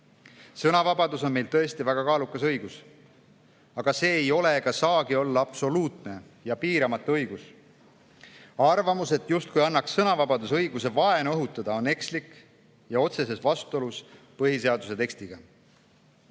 Sõnavabadus on meil tõesti väga kaalukas õigus, aga see ei ole ega saagi olla absoluutne ja piiramatu õigus. Arvamus, justkui annaks sõnavabadus õiguse vaenu õhutada, on ekslik ja otseses vastuolus põhiseaduse tekstiga.